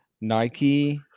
nike